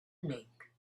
make